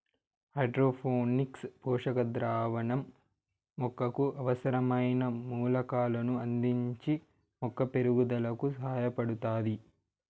hydroponics పోషక ద్రావణం మొక్కకు అవసరమైన మూలకాలను అందించి మొక్క పెరుగుదలకు సహాయపడుతాది